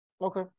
Okay